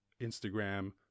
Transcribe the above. Instagram